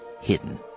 hidden